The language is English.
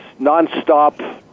nonstop